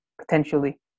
Potentially